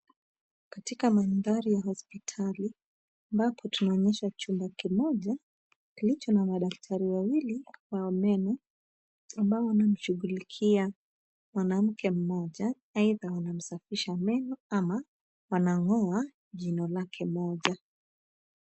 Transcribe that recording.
Katika mandhari ya hospitali ambapo tunaonyeshwa chumba kimoja kilicho na madaktari wawili wa meno, ambao wanamshughulikia mwanamke mmoja; aidha wanamsafisha meno ama wanang'oa jino lake moja.